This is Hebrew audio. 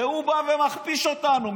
והוא בא ומכפיש אותנו.